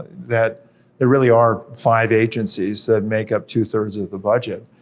that there really are five agencies that make up two thirds of the budget.